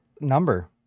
number